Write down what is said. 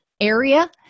area